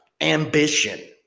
ambition